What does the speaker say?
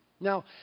Now